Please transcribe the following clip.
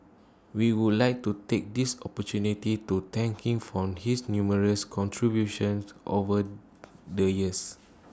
we would like to take this opportunity to thank him for his numerous contributions over the years